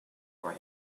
for